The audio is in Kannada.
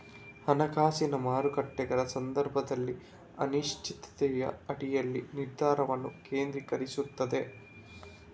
ಹಣಕಾಸಿನ ಮಾರುಕಟ್ಟೆಗಳ ಸಂದರ್ಭದಲ್ಲಿ ಅನಿಶ್ಚಿತತೆಯ ಅಡಿಯಲ್ಲಿ ನಿರ್ಧಾರವನ್ನು ಕೇಂದ್ರೀಕರಿಸುತ್ತದೆ